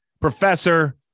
Professor